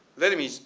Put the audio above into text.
let me